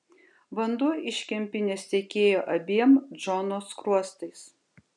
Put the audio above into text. vanduo iš kempinės tekėjo abiem džono skruostais